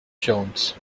jones